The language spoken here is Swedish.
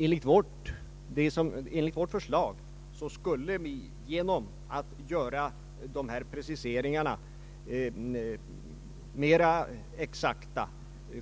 Enligt vårt förslag skulle vi genom att göra dessa preciseringar mera exakta